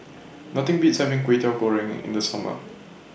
Nothing Beats having Kway Teow Goreng in The Summer